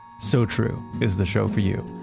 sotru, is the show for you.